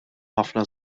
ħafna